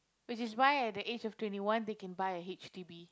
which is why at the age of twenty one they can buy a H_D_B